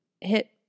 hit